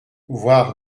voir